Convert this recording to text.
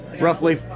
roughly